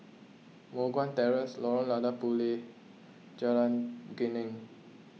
Moh Guan Terrace Lorong Lada Puteh Jalan Geneng